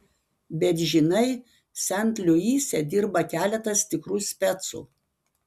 bet žinai sent luise dirba keletas tikrų specų